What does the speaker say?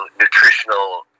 nutritional